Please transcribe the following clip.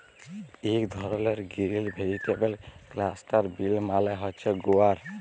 ইক ধরলের grill vegetable cluster বিল মালে হছে গুয়ার